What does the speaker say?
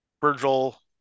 Virgil